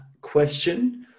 question